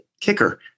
kicker